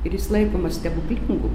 ir jis laikomas stebuklingu